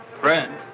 Friend